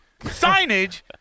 signage